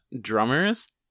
drummers